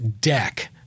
deck